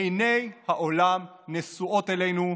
עיני העולם נשואות אלינו.